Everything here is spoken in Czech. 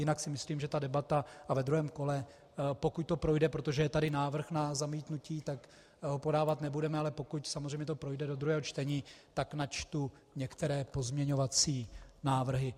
Jinak si myslím, že ta debata, a ve druhém kole, pokud to projde, protože je tady návrh na zamítnutí, tak ho podávat nebudeme, ale pokud samozřejmě to projde do druhého čtení, tak načtu některé pozměňovací návrhy.